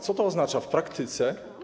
Co to oznacza w praktyce?